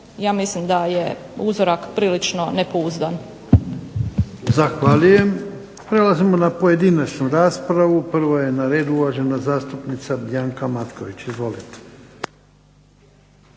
ja mislim da je uzorak prilično nepouzdan.